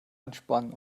anspannen